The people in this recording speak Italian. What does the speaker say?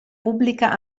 pubblica